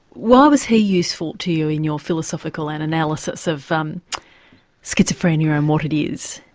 why was he useful to you in your philosophical and analysis of um schizophrenia and what it is?